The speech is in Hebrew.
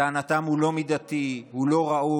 לטענתם הוא לא מידתי, הוא לא ראוי,